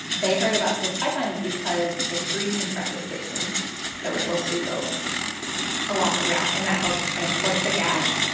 they heard about this pipeline because there's three compressor stations that were supposed to be built along the route and that helps transport the gas.